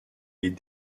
les